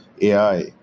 AI